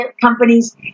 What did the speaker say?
companies